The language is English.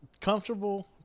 Comfortable